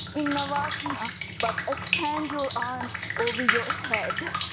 in navasana but extend your arms over your head,